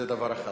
זה דבר אחד.